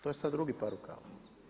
To je sada drugi par rukava.